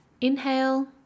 Inhale